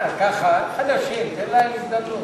ככה, הם חדשים, תן להם הזדמנות.